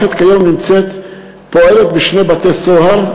כיום המערכת פועלת בשני בתי-סוהר,